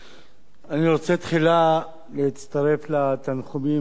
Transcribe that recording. אני רוצה תחילה להצטרף לתנחומים למשפחת